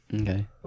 Okay